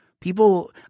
people –